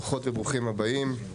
ברוכות וברוכים הבאים.